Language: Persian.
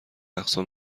اقصا